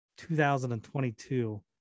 2022